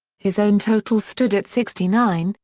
his own total stood at sixty nine,